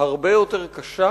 בעיה הרבה יותר קשה